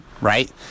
right